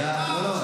תודה.